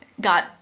got